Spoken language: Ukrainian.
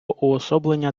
уособлення